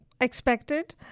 expected